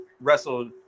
Wrestled